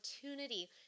opportunity